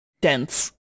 Dense